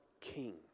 king